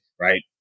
right